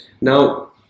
Now